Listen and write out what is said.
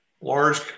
large